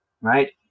right